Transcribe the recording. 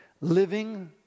living